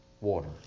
water